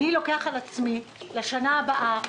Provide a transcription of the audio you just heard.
אני לוקח על עצמי לשנה הבאה,